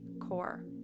core